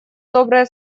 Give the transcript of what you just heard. добрые